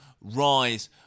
rise